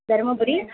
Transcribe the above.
Dharmapuri